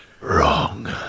Wrong